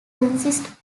consist